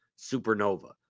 supernova